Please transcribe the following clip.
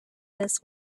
this